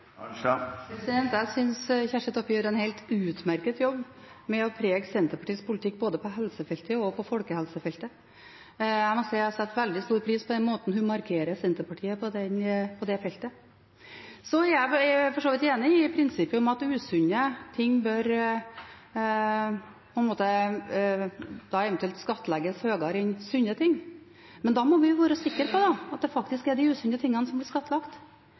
Senterpartiet? Jeg synes Kjersti Toppe gjør en helt utmerket jobb med å prege Senterpartiets politikk både på helsefeltet og på folkehelsefeltet. Jeg må si jeg setter veldig stor pris på den måten hun markerer Senterpartiet på, på det feltet. Så er jeg for så vidt enig i prinsippet om at usunne ting eventuelt bør skattlegges høyere enn sunne ting, men da må vi være sikre på at det faktisk er de usunne tingene som blir skattlagt.